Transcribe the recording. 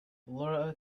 laura